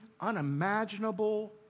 unimaginable